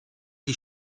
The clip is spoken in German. die